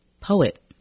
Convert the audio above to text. poet